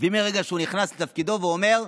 ומרגע שהוא נכנס לתפקידו הוא אומר: